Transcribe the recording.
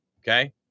Okay